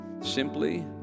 simply